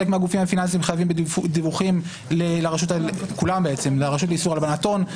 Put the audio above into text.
כל הגופים הפיננסיים חייבים בדיווחים לרשות לאיסור הלבנת הון,